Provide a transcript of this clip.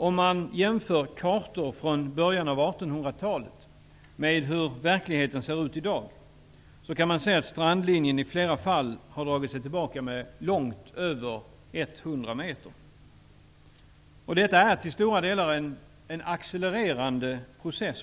Om man jämför kartor från början av 1800-talet med hur verkligheten ser ut i dag, kan man se att strandlinjen i flera fall har dragit sig tillbaka med långt över 100 m. Detta är också till stora delar en accelererande process.